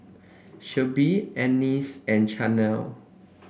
Shelby Anais and Chanelle